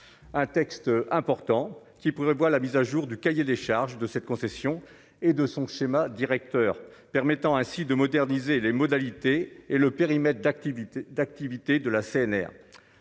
un texte important qui prévoit la mise à jour du cahier des charges de cette concession et de son schéma directeur, permettant ainsi de moderniser les modalités et le périmètre d'activités